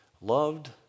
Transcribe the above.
Loved